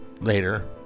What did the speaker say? later